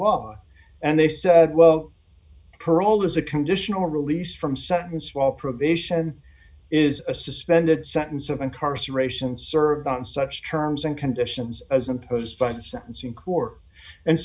law and they said well parole is a conditional release from sentence while probation is a suspended sentence of incarceration serve on such terms and conditions as imposed by the sentencing court and